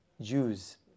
Jews